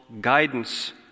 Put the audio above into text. guidance